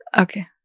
Okay